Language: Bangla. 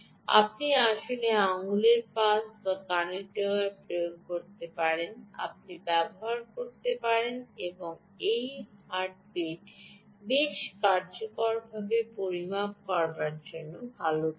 আপনি আসলে আঙুলের পালস বা কানের ডগায় প্রয়োগ করতে পারেন আপনি ব্যবহার করতে পারেন এবং এই হার্টবিট বেশ কার্যকরভাবে পরিমাপ করার জন্য ভাল জায়গা